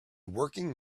working